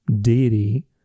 deity